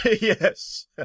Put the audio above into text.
Yes